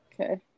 Okay